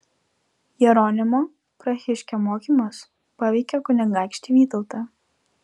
jeronimo prahiškio mokymas paveikė kunigaikštį vytautą